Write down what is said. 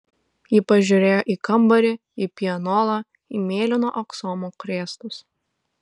ji pažiūrėjo į kambarį į pianolą į mėlyno aksomo krėslus